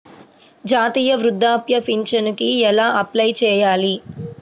జాతీయ వృద్ధాప్య పింఛనుకి ఎలా అప్లై చేయాలి?